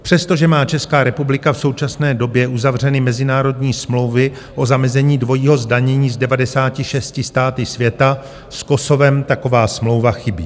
Přestože má Česká republika v současné době uzavřeny mezinárodní smlouvy o zamezení dvojímu zdanění s 96 státy světa, s Kosovem taková smlouva chybí.